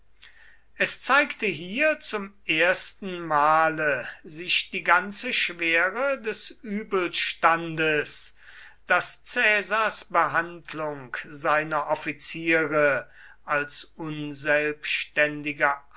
es zeigte hier zum ersten male sich die ganze schwere des übelstandes daß caesars behandlung seiner offiziere als